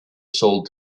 sold